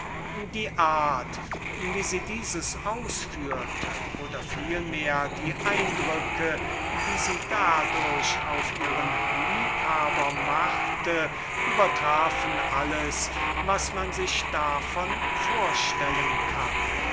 die art wie sie dieses ausführte oder vielmehr die eindrücke die sie dadurch auf ihren liebhaber machte übertrafen alles was man sich davon vorstellen kann